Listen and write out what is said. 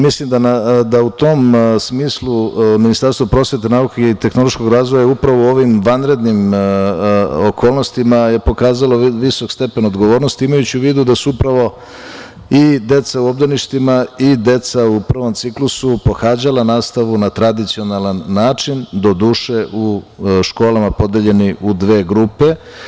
Mislim da u tom smislu Ministarstvo prosvete, nauke i tehnološkog razvoja upravo u ovim vanrednim okolnostima je pokazalo visok stepen odgovornosti, imajući u vidu da su upravo i deca u obdaništima i deca u prvom ciklusu pohađala nastavu na tradicionalan način, doduše u školama podeljeni u dve grupe.